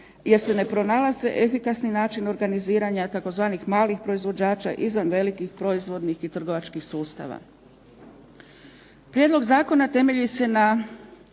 jer se ne pronalaze efikasni načini organiziranja tzv. malih proizvođača izvan velikih proizvodnih i trgovačkih sustava. Prijedlog zakona temelji se na